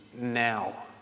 now